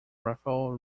rafael